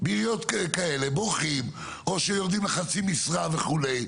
בעיריות כאלה בורחים או שיורדים לחצי משרה וכו'.